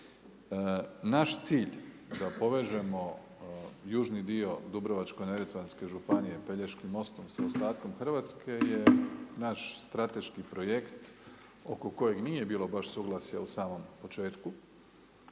Naš cilj da povežemo južni dio Dubrovačko-neretvanske županije Pelješkim mostom sa ostatkom Hrvatske je naš strateški projekt oko kojeg nije bilo baš suglasja u samom početku,